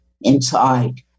inside